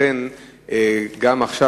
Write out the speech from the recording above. גם עכשיו,